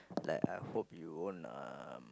like I hope you won't um